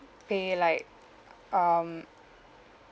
pay like um